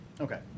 Okay